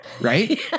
Right